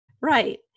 Right